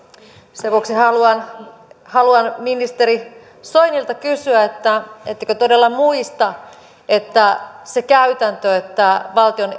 sen vuoksi haluan haluan ministeri soinilta kysyä ettekö todella muista että se käytäntö että valtion